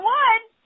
one